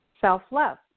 self-love